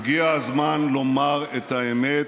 לומר את האמת,